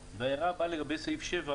לגבי סעיף 7